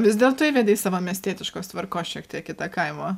vis dėlto įvedei savo miestietiškos tvarkos šiek tiek į tą kaimo